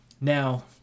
Now